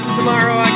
tomorrow